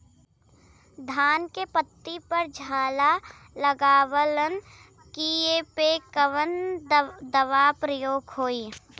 धान के पत्ती पर झाला लगववलन कियेपे कवन दवा प्रयोग होई?